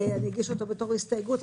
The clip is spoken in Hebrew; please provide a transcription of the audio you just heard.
אני אגיש אותו בתור הסתייגות,